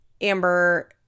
Amber